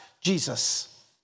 Jesus